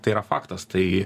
tai yra faktas tai